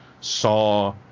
saw